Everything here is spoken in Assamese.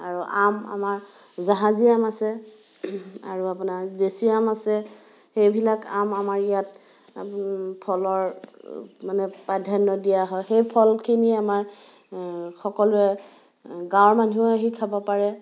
আৰু আম আমাৰ জাহাজী আম আছে আৰু আপোনাৰ দেশী আম আছে সেইবিলাক আম আমাৰ ইয়াত ফলৰ মানে প্ৰাধান্য দিয়া হয় সেই ফলখিনি আমাৰ সকলোৱে গাঁৱৰ মানুহেও আহি খাব পাৰে